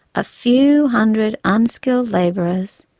a few hundred unskilled labourers,